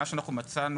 ממה שאנחנו מצאנו,